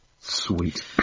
sweet